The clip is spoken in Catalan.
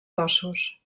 cossos